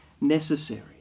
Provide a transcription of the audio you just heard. necessary